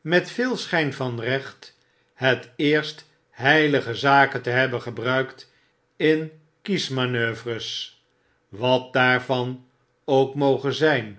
met veel schfln van recht het eerst heilige zaken te hebben gebruikt in kiesmanoeuvres wat daarvan ook moge zgn